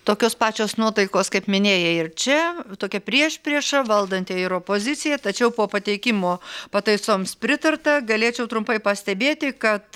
tokios pačios nuotaikos kaip minėjai ir čia tokia priešprieša valdantieji ir opozicija tačiau po pateikimo pataisoms pritarta galėčiau trumpai pastebėti kad